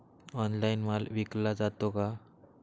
Online माल विकला जातो का?